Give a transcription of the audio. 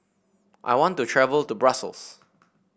I want to travel to Brussels